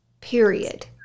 period